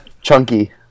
Chunky